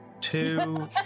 Two